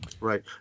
Right